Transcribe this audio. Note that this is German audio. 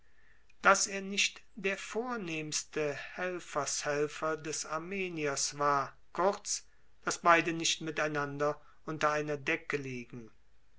daß er nicht der vornehmste helfershelfer des armeniers war kurz daß beide nicht miteinander unter einer decke liegen